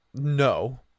No